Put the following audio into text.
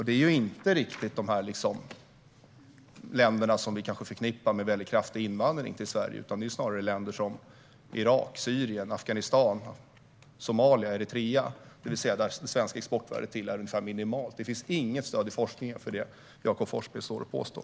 Det är kanske inte riktigt dessa länder som vi förknippar med kraftig invandring till Sverige, utan det är snarare länder som Irak, Syrien, Afghanistan, Somalia och Eritrea, där det svenska exportvärdet är minimalt. Det finns inget stöd i forskningen för det som Jakob Forssmed påstår.